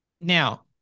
Now